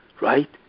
right